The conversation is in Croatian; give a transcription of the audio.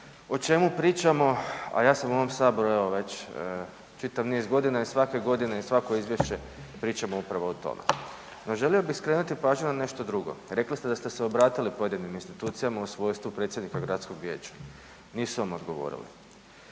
o čemu pričamo, a ja sam u ovom saboru evo čitav niz godina i svake godine i svako izvješće pričamo upravo o tome. No želio bih skrenuti pažnju na nešto drugo, rekli ste da ste se obratili pojedinim institucijama u svojstvu predsjednika gradskog vijeća, nisu vam odgovorili,